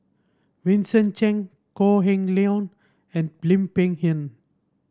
Vincent Cheng Kok Heng Leun and Lim Peng Han